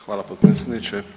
Hvala potpredsjedniče.